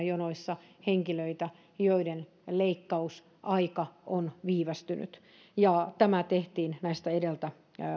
jonoissa henkilöitä joiden leikkausaika on viivästynyt tämä tehtiin näistä edeltä